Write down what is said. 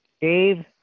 Dave